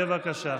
בבקשה.